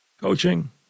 coaching